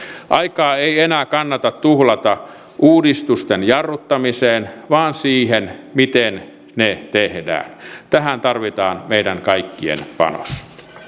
aikaa ei enää kannata tuhlata uudistusten jarruttamiseen vaan siihen miten ne tehdään tähän tarvitaan meidän kaikkien panos